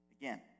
Again